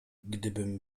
gdybym